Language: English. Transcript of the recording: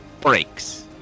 breaks